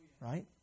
Right